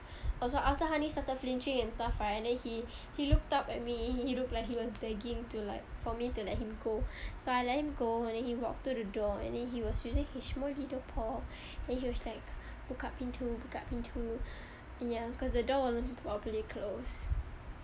also after honey started flinching and stuff right and then he he looked up at me he looked like he was begging to like for me to let him go so I let him go and then he walked to the door and then he was using his small little paw and he was like buka pintu buka pintu ya cause the door wasn't properly close